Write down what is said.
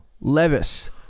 Levis